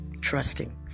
trusting